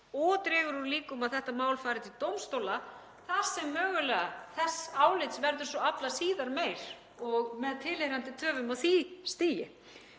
og dregur úr líkum á að þetta mál fari til dómstóla þar sem mögulega þess álits verður svo aflað síðar meir og með tilheyrandi töfum á því stigi.